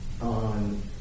on